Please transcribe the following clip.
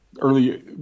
early